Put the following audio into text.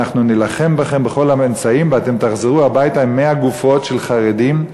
"אנחנו נילחם בכם בכל האמצעים ואתם תחזרו הביתה עם 100 גופות של חרדים.